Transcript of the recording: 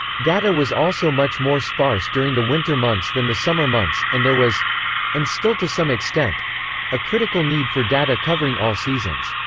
data was also much more sparse during the winter months than the summer months, and there was and still to some extent a critical need for data covering all seasons.